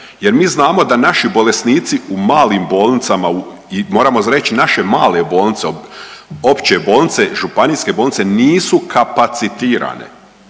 jer mi znamo da naši bolesnici u malim bolnicama u, moramo reći naše male bolnice, opće bolnice, županijske bolnice nisu kapacitirane